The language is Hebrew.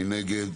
מי נגד?